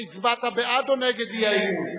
הצבעת בעד או נגד האי-אמון?